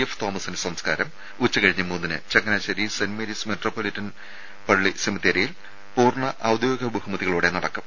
F തോമസിന്റെ സംസ്കാരം ഉച്ച കഴിഞ്ഞ് മൂന്നിന് ചങ്ങനാശേരി സെന്റ് മേരീസ് മെത്രാപ്പോലീത്തൻ പള്ളി സെമിത്തേരിയിൽ പൂർണ ഔദ്യോഗിക ബഹുമതികളോടെ നടക്കും